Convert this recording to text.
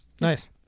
Nice